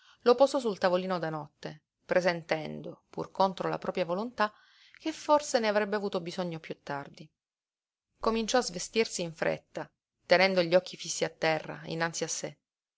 lo posò sul tavolino da notte presentendo pur contro la propria volontà che forse ne avrebbe avuto bisogno piú tardi cominciò a svestirsi in fretta tenendo gli occhi fissi a terra innanzi a sé